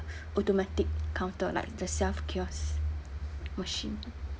automatic counter like the self kiosk machine